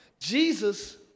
Jesus